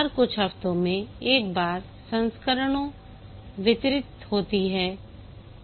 हर कुछ हफ्तों में एक बार संस्करणों वितरित होती है